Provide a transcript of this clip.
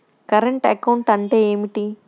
Current account అంటే ఏమిటి?